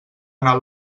anar